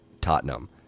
Tottenham